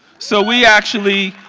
so we actually,